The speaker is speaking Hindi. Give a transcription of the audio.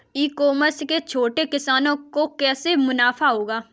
ई कॉमर्स से छोटे किसानों को कैसे मुनाफा होगा?